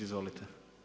Izvolite.